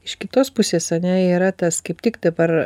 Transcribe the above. iš kitos pusėsane yra tas kaip tik dabar